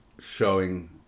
showing